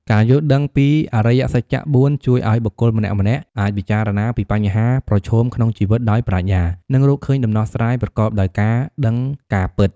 ការយល់ដឹងពីអរិយសច្ចៈ ៤ ជួយឲ្យបុគ្គលម្នាក់ៗអាចពិចារណាពីបញ្ហាប្រឈមក្នុងជីវិតដោយប្រាជ្ញា និងរកឃើញដំណោះស្រាយ ប្រកបដោយការដឹងការពិត។